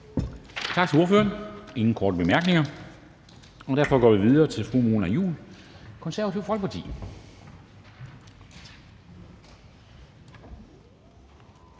Tak til ordføreren. Der er ingen korte bemærkninger, og derfor går vi videre til fru Mona Juul, Det Konservative Folkeparti.